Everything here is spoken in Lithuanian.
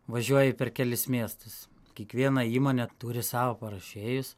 važiuoji per kelis miestus kiekviena įmonė turi savo paruošėjus